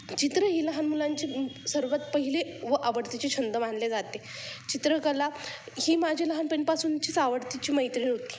चित्र ही लहान मुलांचे सर्वात पहिले व आवडतीचे छंद मानले जाते चित्रकला ही माझी लहानपण पासूनचीच आवडतीची मैत्रीण होती